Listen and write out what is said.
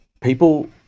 people